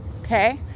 Okay